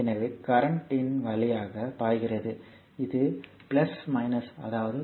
எனவே கரண்ட் இதன் வழியாக பாய்கிறது இது அதாவது இது